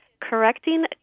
correcting